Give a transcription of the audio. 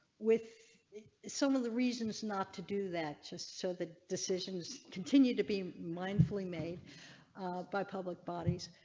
with some of the reasons not to do that. just, so the decision is continued to be mindfully made by public bodies,